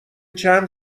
چند